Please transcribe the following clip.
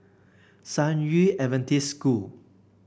San Yu Adventist School